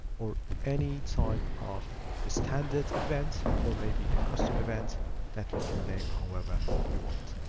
or any type of a standard event, or maybe a custom event that we can name however, we want.